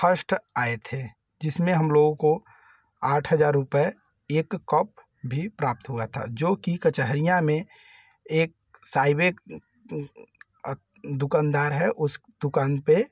first आए थे जिसमें हम लोगों को आठ हज़ार रुपये एक कप भी प्राप्त हुआ था जो कि कचहरियाँ में एक सायबे अ दुकनदार है उस दुकान पर